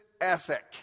ethic